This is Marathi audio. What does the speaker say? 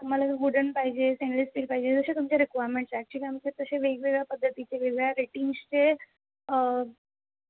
तुम्हाला जर वुडन पाहिजे स्टेनलेस स्टील पाहिजे जशी तुमची रिक्वायरमेन्ट आहे ॲक्चुली आमचे तसे वेगवेगळ्या पद्धतीचे वेगवेगळ्या रेटिंग्जचे